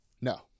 No